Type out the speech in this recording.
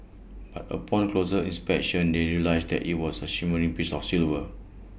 but upon closer inspection they realised that IT was A shimmering piece of silver